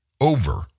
over